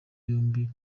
yombi